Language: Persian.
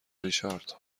ریچارد